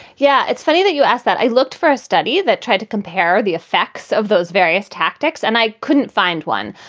yeah, it's funny that you ask that. i looked for a study that tried to compare the effects of those various tactics and i couldn't find one.